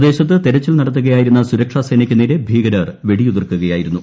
പ്രദേശത്ത് തെരച്ചിൽ നടത്തുകയായിരുന്ന് സുരക്ഷാ സേനയ്ക്ക് നേരെ ഭീകരർ വെടിയുതിർക്കുകയായിരു്ന്നു